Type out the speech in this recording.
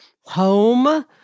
Home